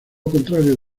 contrario